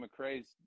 McRae's